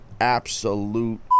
absolute